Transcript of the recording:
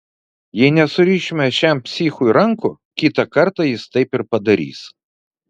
jei nesurišime šiam psichui rankų kitą kartą jis taip ir padarys